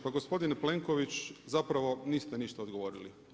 Pa gospodine Plenković zapravo niste ništa odgovorili.